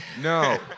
No